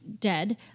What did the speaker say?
Dead